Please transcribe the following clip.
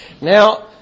Now